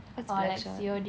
what's that